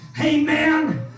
amen